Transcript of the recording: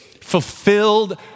fulfilled